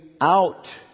out